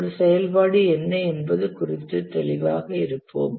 ஒரு செயல்பாடு என்ன என்பது குறித்து தெளிவாக இருப்போம்